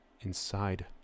inside